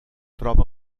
troba